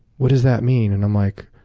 what does that mean? and i'm like,